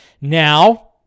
Now